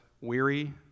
weary